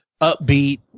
upbeat